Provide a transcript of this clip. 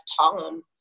Tom